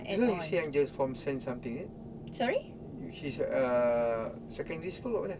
just now you say I'm just from something is it his uh secondary school kat mana